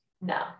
no